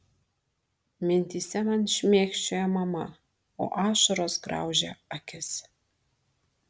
mintyse man šmėkščioja mama o ašaros graužia akis